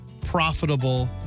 profitable